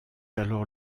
alors